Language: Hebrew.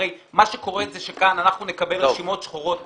הרי מה שקורה זה שכאן אנחנו נקבל רשימות שחורות,